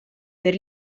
per